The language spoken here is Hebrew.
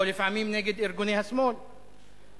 או לפעמים נגד ארגוני השמאל בישראל.